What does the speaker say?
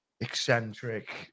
eccentric